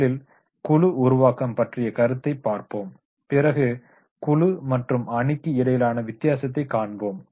முதலில் குழு உருவாக்கம் பற்றிய கருத்தை பார்ப்போம் பிறகு குழு மற்றும் அணிக்கு இடையிலான வித்தியாசத்தை காண்போம்